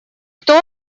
что